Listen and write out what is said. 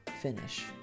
finish